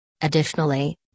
Additionally